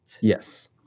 Yes